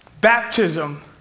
Baptism